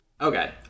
Okay